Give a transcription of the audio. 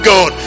God